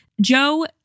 Joe